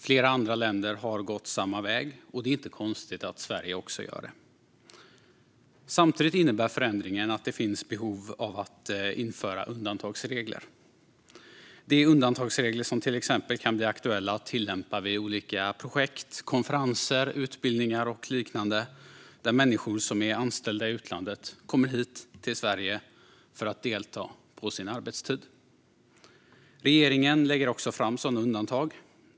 Flera andra länder har gått samma väg, och det är inte konstigt att Sverige också gör det. Samtidigt innebär förändringen att det finns behov av att införa undantagsregler. Det är undantagsregler som till exempel kan bli aktuella att tillämpa vid olika projekt, konferenser, utbildningar och liknande där människor som är anställda i utlandet kommer till Sverige för att delta på sin arbetstid. Regeringen lägger också fram sådana undantag.